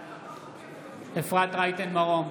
בעד אפרת רייטן מרום,